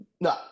No